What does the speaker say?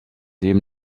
dem